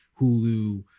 Hulu